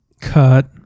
Cut